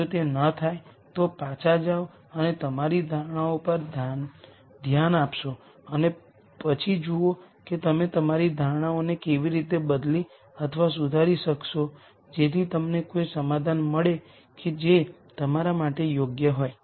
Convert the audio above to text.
જો તે ના થાય તો પાછા જાઓ અને તમારી ધારણાઓ પર ધ્યાન આપશો અને પછી જુઓ કે તમે તમારી ધારણાઓને કેવી રીતે બદલી અથવા સુધારી શકશો જેથી તમને કોઈ સમાધાન મળે કે જે તમારા માટે યોગ્ય હોય